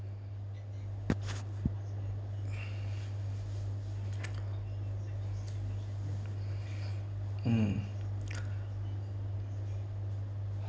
mm